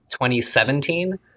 2017